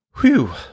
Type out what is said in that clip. Whew